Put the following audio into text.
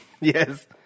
Yes